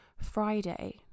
Friday